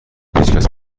هیچکس